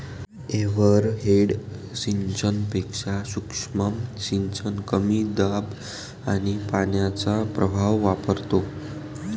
overhead सिंचनापेक्षा सूक्ष्म सिंचन कमी दाब आणि पाण्याचा प्रवाह वापरतो